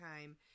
time